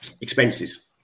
expenses